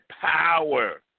power